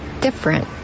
different